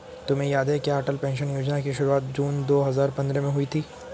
तुम्हें याद है क्या अटल पेंशन योजना की शुरुआत जून दो हजार पंद्रह में हुई थी?